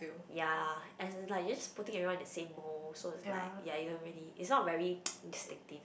ya as in like you just putting everyone in the same mold so it's like ya you know really it's not very distinctive